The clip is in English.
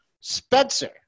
Spencer